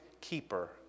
keeper